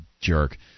Jerk